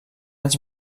anys